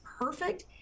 perfect